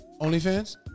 OnlyFans